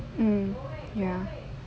mm ya